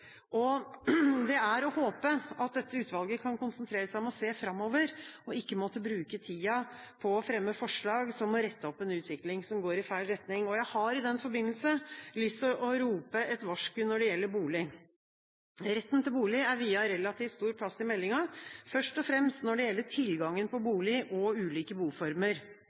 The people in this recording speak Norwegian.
samfunnsdeltakelse. Det er å håpe at dette utvalget kan konsentrere seg om å se framover og ikke måtte bruke tida på å fremme forslag som må rette opp en utvikling som går i feil retning. Jeg har i den forbindelse lyst til å rope et varsku når det gjelder bolig. Retten til bolig er viet relativt stor plass i meldinga, først og fremst når det gjelder tilgangen på bolig og ulike boformer